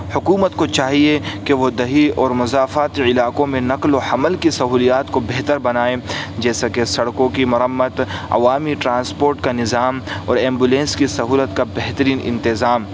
حکومت کو چاہیے کہ وہ دیہی اور مضافاتی علاقوں میں نقل و حمل کی سہولیات کو بہتر بنائیں جیسا کہ سڑکوں کی مرمت عوامی ٹرانسپوٹ کا نظام اور ایمبولنس کی سہولت کا بہترین انتظام